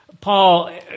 Paul